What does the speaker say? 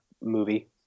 movie